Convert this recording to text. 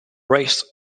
raise